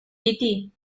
piti